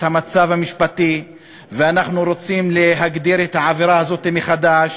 המצב המשפטי ואנחנו רוצים להגדיר את העבירה מחדש